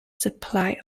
supply